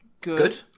Good